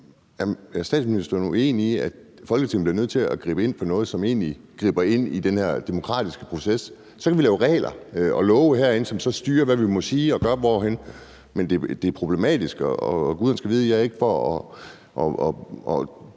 Er statsministeren uenig i, at Folketinget bliver nødt til at gribe ind i forhold til noget, som egentlig griber ind i den her demokratiske proces? Så kan vi lave regler og love herinde, som så styrer, hvad vi må sige og gøre hvorhenne. Men det er problematisk, og guderne skal vide, at jeg ikke er for